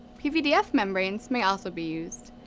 pvdf membranes may also be used,